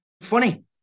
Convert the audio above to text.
funny